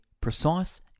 precise